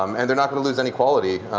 um and they're not going to lose any quality.